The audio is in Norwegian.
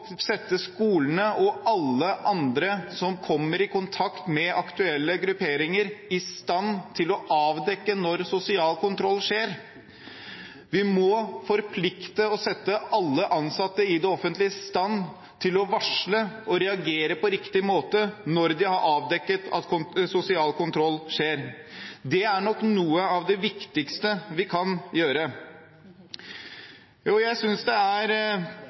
sette skolene og alle andre som kommer i kontakt med aktuelle grupperinger, i stand til å avdekke når sosial kontroll skjer. Vi må forplikte og sette alle ansatte i det offentlige i stand til å varsle og reagere på riktig måte når de har avdekket at sosial kontroll skjer. Det er nok noe av det viktigste vi kan gjøre. Jeg synes som sagt det er